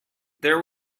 there